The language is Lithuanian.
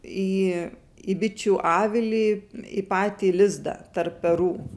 į į bičių avilį į patį lizdą tarp erų